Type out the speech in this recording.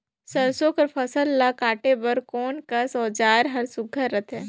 सरसो कर फसल ला काटे बर कोन कस औजार हर सुघ्घर रथे?